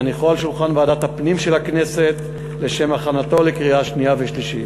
ולהניחו על שולחן ועדת הפנים של הכנסת לשם הכנתו לקריאה שנייה ושלישית.